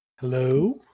Hello